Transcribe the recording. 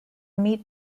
meat